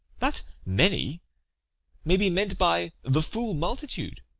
that many may be meant by the fool multitude,